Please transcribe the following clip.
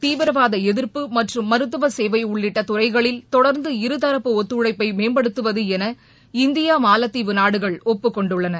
தீவிரவாத எதிர்ப்பு மற்றும் மருத்துவ சேவை உள்ளிட்ட துறைகளில் தொடர்ந்து இருதப்பு ஒத்துழைப்பை மேம்படுத்துவ என இந்தியா மாலத்தீவு நாடுகள் ஒப்புக்கொண்டுள்ளன